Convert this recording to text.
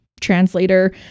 translator